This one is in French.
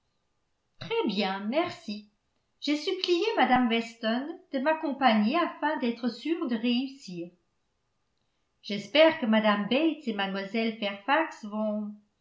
très bien merci j'ai supplié mme weston de m'accompagner afin d'être sûre de réussir j'espère que mme bates et mlle fairfax